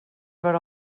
per